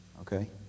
okay